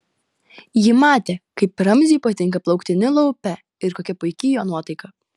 ji matė kaip ramziui patinka plaukti nilo upe ir kokia puiki jo nuotaika